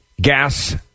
gas